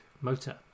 motor